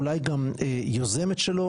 אולי גם יוזמת שלו,